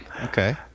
Okay